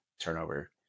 turnover